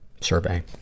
survey